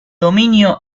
dominio